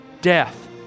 Death